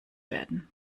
werden